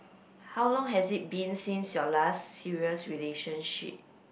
how long has it been since your last serious relationship